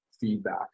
feedback